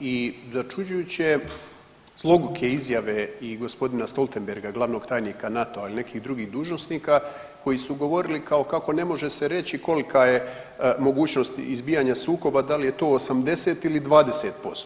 i začuđuje je slobuke izjave i gospodina Stoltenberga glavnog tajnika NATO-a ili nekih drugih dužnosnika koji su govorili kako ne može se reći kolika je mogućnost izbijanja sukoba da li je to 80 ili 20%